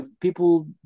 people